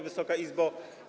Wysoka Izbo!